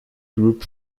group